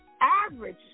average